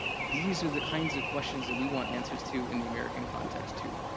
these are the kinds of questions that we want answers to in the american context too,